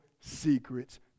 secrets